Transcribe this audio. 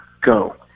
go